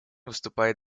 выступает